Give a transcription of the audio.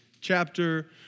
chapter